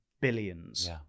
billions